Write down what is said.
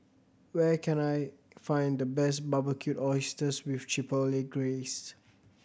where can I find the best Barbecued Oysters with Chipotle Glaze